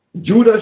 Judas